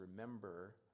remember